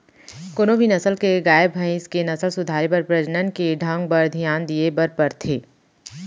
कोनों भी नसल के गाय, भईंस के नसल सुधारे बर प्रजनन के ढंग बर धियान दिये बर परथे